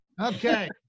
Okay